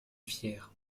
fier